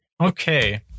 Okay